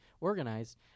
organized